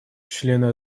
члены